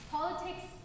Politics